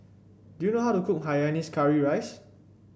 do you know how to cook Hainanese Curry Rice